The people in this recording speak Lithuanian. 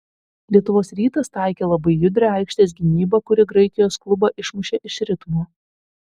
lietuvos rytas taikė labai judrią aikštės gynybą kuri graikijos klubą išmušė iš ritmo